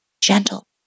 gentle